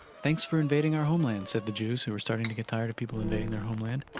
thanks for invading our homeland, said the jews, who are starting to get tired of people invading their homeland.